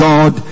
God